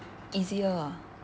easier ah